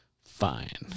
Fine